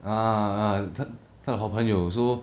啊啊他他的好朋友 so